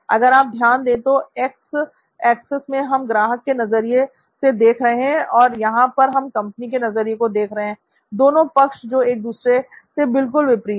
अगर आप ध्यान दें तो एक्स एक्स में हम ग्राहक के नज़रिए से देख रहे हैं और यहां पर हम कंपनी के नज़रिए से देख रहे हैं दोनों पक्ष जो एक दूसरे से बिल्कुल विपरीत हैं